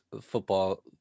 football